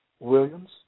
Williams